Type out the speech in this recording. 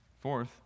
Fourth